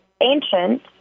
ancient